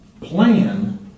plan